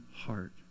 heart